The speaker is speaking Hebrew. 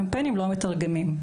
קמפיינים לא מתרגמים,